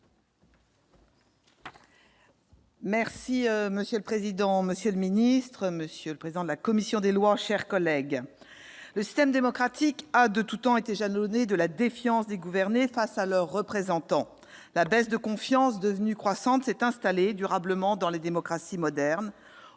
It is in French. Monsieur le président, monsieur le ministre, monsieur le président de la commission des lois, mes chers collègues, le système démocratique a de tout temps été jalonné de la défiance des gouvernés face à leurs représentants. La baisse de confiance devenue croissante s'est installée durablement dans les démocraties modernes.